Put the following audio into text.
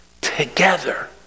together